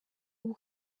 ubu